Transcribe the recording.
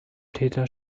täter